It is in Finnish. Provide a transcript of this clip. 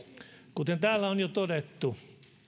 kuten täällä on jo todettu